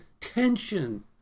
tension